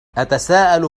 أتساءل